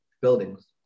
buildings